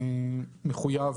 הכוונה היא לכל שירות בזק,